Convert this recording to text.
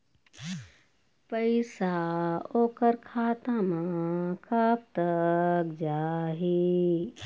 पैसा ओकर खाता म कब तक जाही?